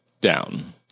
down